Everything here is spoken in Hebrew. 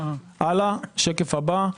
שקף הבא,